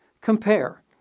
Compare